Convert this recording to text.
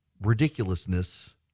ridiculousness